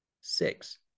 Six